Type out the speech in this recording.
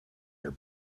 her